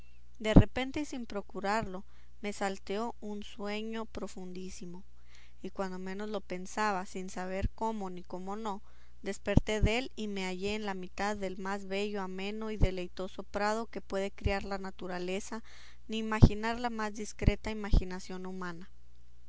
de repente y sin procurarlo me salteó un sueño profundísimo y cuando menos lo pensaba sin saber cómo ni cómo no desperté dél y me hallé en la mitad del más bello ameno y deleitoso prado que puede criar la naturaleza ni imaginar la más discreta imaginación humana